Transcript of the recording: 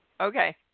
Okay